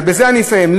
אדוני, בזה אני אסיים.